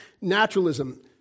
naturalism